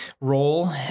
role